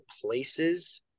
places